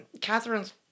Catherine's